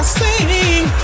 sing